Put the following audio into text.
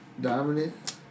dominant